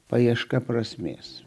paieška prasmės